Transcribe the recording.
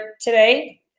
today